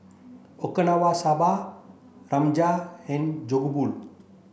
Okinawa Soba Rajma and Jokbal